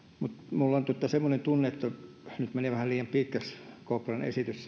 minulla on semmoinen tunne että nyt meni vähän liian pitkäksi kopran esitys